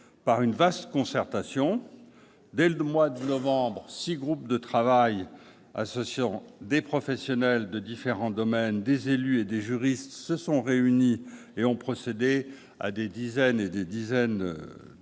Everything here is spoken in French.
par une vaste concertation. Dès le mois de novembre 2017, six groupes de travail associant des professionnels de différents domaines, des élus et des juristes se sont réunis et ont procédé à de nombreux travaux,